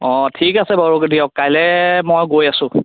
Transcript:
অ' ঠিক আছে বাৰু দিয়ক কাইলে মই গৈ আছোঁ